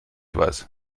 weiß